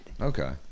okay